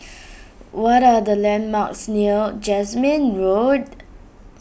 what are the landmarks near Jasmine Road